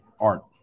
art